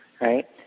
right